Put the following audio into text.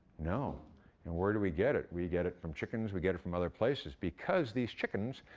no, and where do we get it? we get it from chickens, we get it from other places. because these chickens,